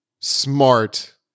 smart